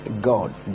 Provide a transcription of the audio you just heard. God